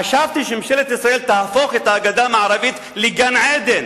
חשבתי שממשלת ישראל תהפוך את הגדה המערבית לגן-עדן.